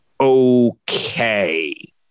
Okay